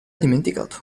dimenticato